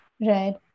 Right